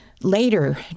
Later